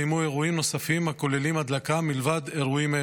אירועים נוספים הכוללים הדלקה מלבד אירועים אלה.